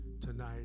tonight